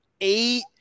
eight